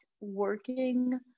working